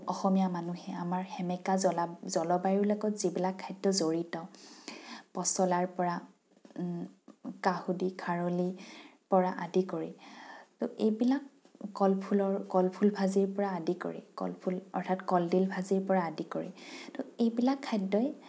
অসমীয়া মানুহে আমাৰ সেমেকা জ্বলা জলবায়ুৰ লগত যিবিলাক খাদ্য জড়িত পচলাৰ পৰা কাহুদি খাৰলিৰ পৰা আদি কৰি ত' এইবিলাক কল ফুলৰ কল ফুল ভাজিৰ পৰা আদি কৰি কল ফুল অৰ্থাৎ কলডিল ভাজিৰ পৰা আদি কৰি ত' এইবিলাক খাদ্যই